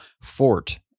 fort